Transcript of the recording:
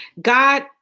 God